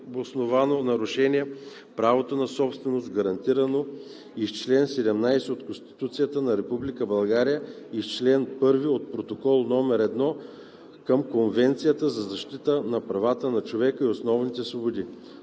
нарушение на правото на собственост, гарантирано и с чл. 17 от Конституцията на Република България, и с чл. 1 от Протокол № 1 към Конвенцията за защита на правата на човека и основните свободи.